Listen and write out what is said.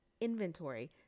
inventory